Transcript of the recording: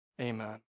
Amen